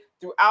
throughout